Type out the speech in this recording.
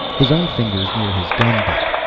his own fingers near his gun butt.